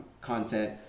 content